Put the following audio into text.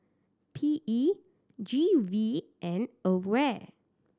P E G V and AWARE